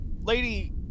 lady